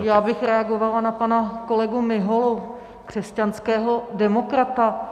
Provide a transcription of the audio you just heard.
Já bych reagovala na pana kolegu Miholu, křesťanského demokrata.